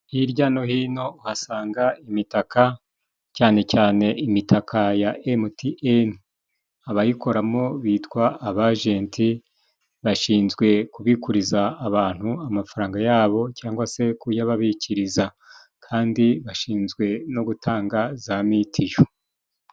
Hirya no hino uhasanga imitaka cyane cyane imitaka ya emutiyeni, abayikoramo bitwa abajenti bashinzwe kubikuriza abantu amafaranga yabo cyangwa se kuyababikiriza kandi bashinzwe no gutanga za mitiyu.